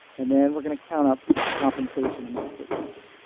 and then, we're going to count up the compensation amount for each.